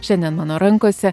šiandien mano rankose